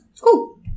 Cool